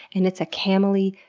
and it's a camel-y,